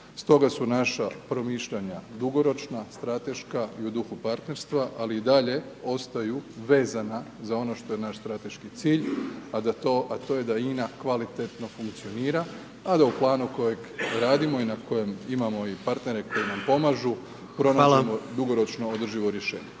Stoga su naša promišljanja dugoročna, strateška i u duhu partnerstva, ali i dalje ostaju vezana za ono što je naš strateški cilj, a to je da INA kvalitetno funkcionira, a da u planu kojeg radimo i na kojem imamo i partnera i koji nam pomažu…/Upadica: Hvala/…pronađemo dugoročno održivo rješenje.